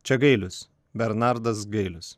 čia gailius bernardas gailius